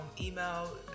email